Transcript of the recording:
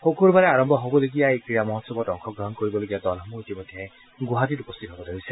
শুকুৰবাৰে আৰম্ভ হবলগীয়া এই মহোৎসৱৰ সময়ছোৱাত অংশগ্ৰহণ কৰিবলগীয়া দলসমূহ ইতিমধ্যে গুৱাহাটীত উপস্থিত হ'ব ধৰিছে